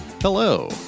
Hello